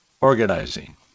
organizing